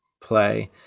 play